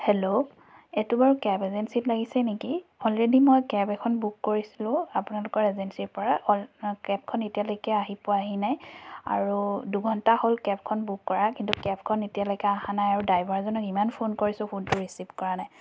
hello এইটো বাৰু cab এজেঞ্চিত লাগিছে নেকি অলৰেদি মই কেব এখন বুক কৰিছিলোঁ আপোনালোকৰ এজেঞ্চিৰপৰা অল কেবখন এতিয়ালৈকে আহি পোৱাহি নাই আৰু দুঘণ্টা হ'ল কেবখন বুক কৰা কিন্তু কেবখন এতিয়ালৈকে হা নাই আৰু ড্ৰাইভাৰজনক ইমান ফোন কৰিছোঁ ফোনটো ৰিচিভ কৰা নাই